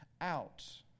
out